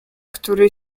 który